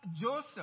Joseph